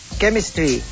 chemistry